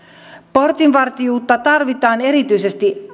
portinvartijuutta tarvitaan erityisesti